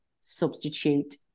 substitute